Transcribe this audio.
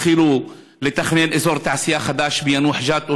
התחילו לתכנן אזור תעשייה חדש ביאנוח-ג'ת,